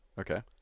Okay